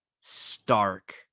Stark